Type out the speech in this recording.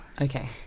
Okay